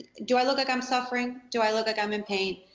do i look like i'm suffering? do i look like i'm in pain?